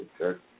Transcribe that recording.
Okay